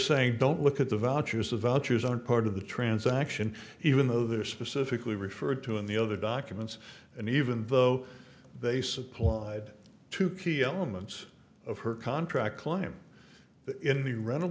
saying don't look at the values the values aren't part of the transaction even though they're specifically referred to in the other documents and even though they supplied two key elements of her contract claim that in the rental